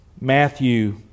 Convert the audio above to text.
Matthew